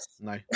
no